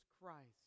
Christ